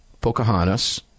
Pocahontas